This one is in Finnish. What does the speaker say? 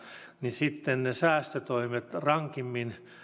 niin sitten ne säästötoimet rankimmin